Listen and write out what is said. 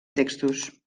textos